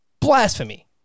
blasphemy